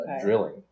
drilling